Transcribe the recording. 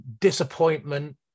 disappointment